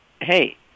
hey